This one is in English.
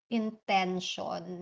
intention